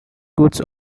goods